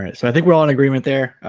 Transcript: and so i think we're all in agreement they're